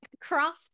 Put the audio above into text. cross